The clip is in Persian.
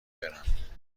برم